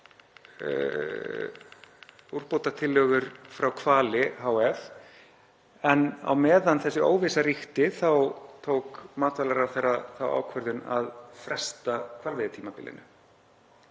úrbótatillögur frá Hvali hf. Á meðan þessi óvissa ríkti þá tók matvælaráðherra þá ákvörðun að fresta hvalveiðitímabilinu.